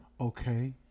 Okay